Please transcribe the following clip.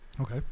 Okay